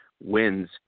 wins